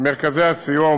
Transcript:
במרכזי הסיוע,